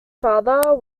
father